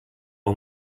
all